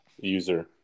User